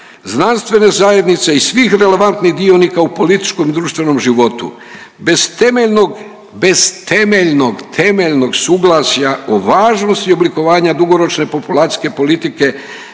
znanstvene zajednice i svih relevantnih dionika u političkom i društvenom životu. Bez temeljnog, temeljnog suglasja o važnosti oblikovanja dugoročne populacijske politike